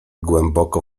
głęboko